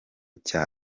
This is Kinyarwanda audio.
cya